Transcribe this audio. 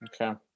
Okay